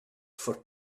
for